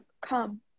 come